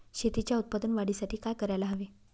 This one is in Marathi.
शेतीच्या उत्पादन वाढीसाठी काय करायला हवे?